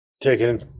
taking